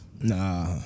Nah